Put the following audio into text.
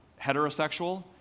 heterosexual